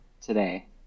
today